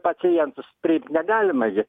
pacientus priimti negalima gi